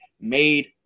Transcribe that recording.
made